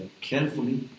carefully